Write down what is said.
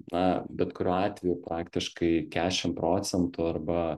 na bet kuriuo atveju praktiškai kešim procentų arba